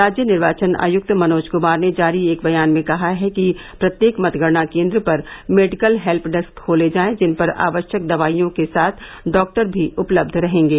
राज्य निर्वाचन आयुक्त मनोज कुमार ने जारी एक बयान में बताया हैं कि प्रत्येक मतगणना केन्द्र पर मेडिकल हेल्प डेस्क खोले जायें जिन पर आवश्यक दवाइयों के साथ डॉक्टर भी उपलब्ध रहेंगे